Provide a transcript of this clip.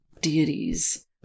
deities